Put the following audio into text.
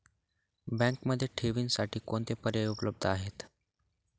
बँकेमध्ये ठेवींसाठी कोणते पर्याय उपलब्ध आहेत?